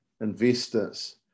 investors